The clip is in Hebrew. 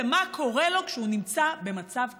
במה קורה לו כשהוא נמצא במצב קשה.